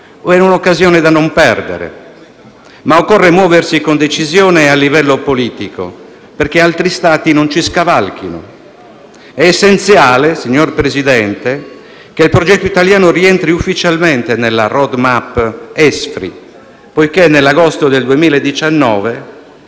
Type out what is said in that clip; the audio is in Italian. È un'occasione da non perdere, ma occorre muoversi con decisione e a livello politico perché altri Stati non ci scavalchino. È essenziale, signor Presidente, che il progetto italiano rientri ufficialmente nella *road map* ESFRI, poiché nell'agosto del 2019